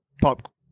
pop